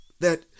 that